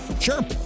Sure